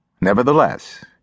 Nevertheless